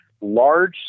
large